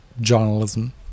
journalism